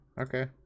okay